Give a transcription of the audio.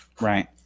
Right